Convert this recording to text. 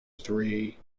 three